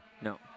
no